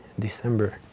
December